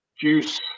Juice